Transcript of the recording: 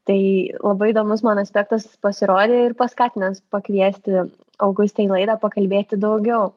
tai labai įdomus man aspektas pasirodė ir paskatinęs pakviesti augustę į laidą pakalbėti daugiau